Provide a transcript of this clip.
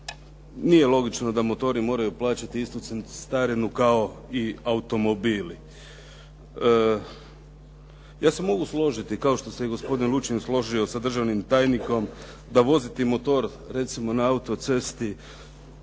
nije logično da motori moraju plaćati istu cestarinu kao i automobili. Ja se mogu složiti kao što se i gospodin Lučin složio sa državnim tajnikom da voziti motor recimo na autocesti,